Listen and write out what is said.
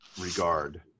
regard